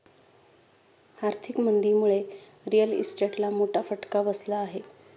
आर्थिक मंदीमुळे रिअल इस्टेटला मोठा फटका बसला आहे